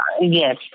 yes